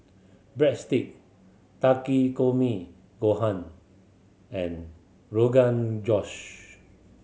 Breadstick Takikomi Gohan and Rogan Josh